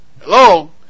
Hello